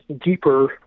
deeper